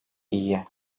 iyi